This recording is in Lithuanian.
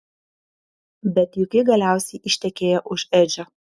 bet juk ji galiausiai ištekėjo už edžio